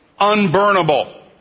unburnable